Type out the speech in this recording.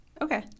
okay